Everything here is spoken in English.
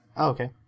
Okay